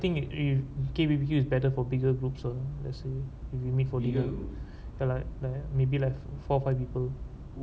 I think it it K_B_B_Q is better for bigger groups ah let's say if we meet for dinner ya lah like maybe like four five people